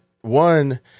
one